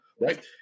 Right